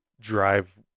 drive